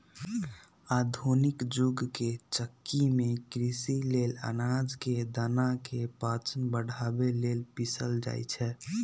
आधुनिक जुग के चक्की में कृषि लेल अनाज के दना के पाचन बढ़ाबे लेल पिसल जाई छै